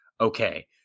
Okay